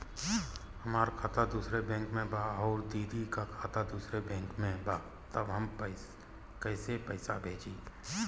हमार खाता दूसरे बैंक में बा अउर दीदी का खाता दूसरे बैंक में बा तब हम कैसे पैसा भेजी?